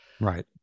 Right